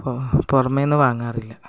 പൊ പുറമേ നിന്ന് വാങ്ങാറില്ല